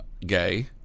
gay